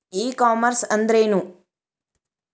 E commerce ಅಂದ್ರೇನು?